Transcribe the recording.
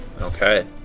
Okay